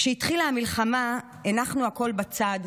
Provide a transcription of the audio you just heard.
כשהתחילה המלחמה הנחנו הכול בצד,